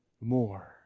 more